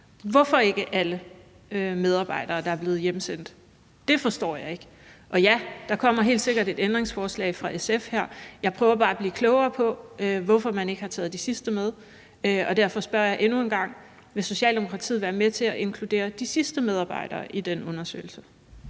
det ikke alle medarbejdere, der er blevet hjemsendt? Det forstår jeg ikke, og ja, der kommer helt sikkert et ændringsforslag fra SF. Jeg prøver bare at blive klogere på, hvorfor man ikke har taget de sidste med, og derfor spørger jeg endnu en gang: Vil Socialdemokratiet være med til at inkludere de sidste medarbejdere i den undersøgelse?